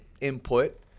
input